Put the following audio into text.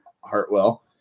Hartwell